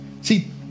See